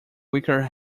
weaker